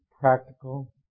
practical